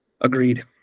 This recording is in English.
agreed